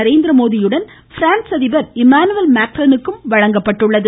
நரேந்திரமோடியுடன் பிரான்ஸ் அதிபர் இம்மானுவேல் மேக்ரோனுக்கும் வழங்கப்பட்டது